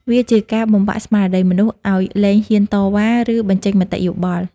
វាជាការបំបាក់ស្មារតីមនុស្ស ឱ្យលែងហ៊ានតវ៉ា ឬបញ្ចេញមតិយោបល់។